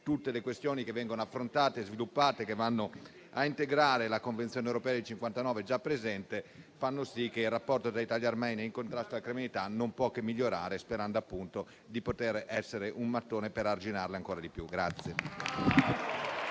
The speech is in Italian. tutte le questioni che vengono affrontate e sviluppate, che vanno a integrare la Convenzione europea del 1959, fanno sì che il rapporto tra Italia ed Armenia nel contrasto alla criminalità non può che migliorare, sperando appunto di poter diventare un mattone per arginarla ancora di più.